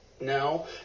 No